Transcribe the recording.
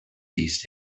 these